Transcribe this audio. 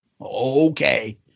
Okay